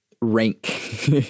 rank